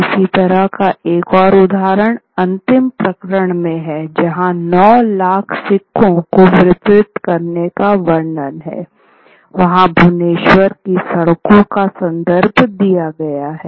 इसी तरह का एक और उदाहरण अंतिम प्रकरण में है जहाँ नौ लाख सिक्को को वितरित करने का वर्णन है वहां भुवनेश्वर की सड़कों का संदर्भ दिया गया है